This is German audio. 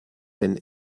denn